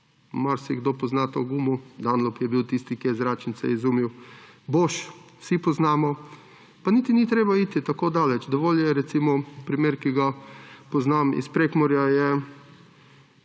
marsikdo pozna to gumo; Dunlop je bil tisti, ki je zračnice izumil. Bosch vsi poznamo. Pa niti ni treba iti tako daleč, dovolj je primer, ki ga poznam iz Prekmurja,